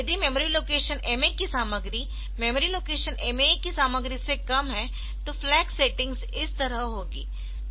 यदि memory location MA की सामग्री मेमोरी लोकेशन MAE की सामग्री से कम है तो फ्लैग सेटिंग्स इस तरह होगी